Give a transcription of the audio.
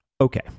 Okay